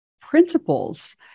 principles